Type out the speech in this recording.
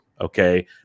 Okay